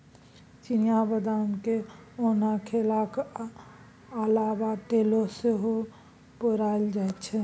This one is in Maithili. चिनियाँ बदाम केँ ओना खेलाक अलाबा तेल सेहो पेराएल जाइ छै